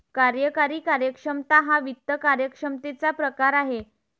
कार्यकारी कार्यक्षमता हा वित्त कार्यक्षमतेचा प्रकार आहे